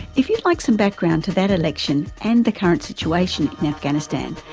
if you'd like some background to that election and the current situation in afghanistan,